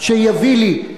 שיביא לי.